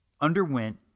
underwent